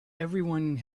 everyone